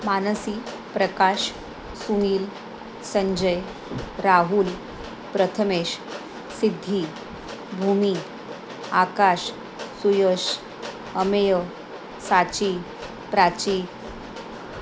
Mansi Prakash Sunil Sanjay Rahul Prathamesh Siddhi Bhumi Akash Suyash Ameya Sachi Prachi